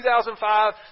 2005